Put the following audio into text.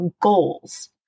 goals